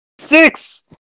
six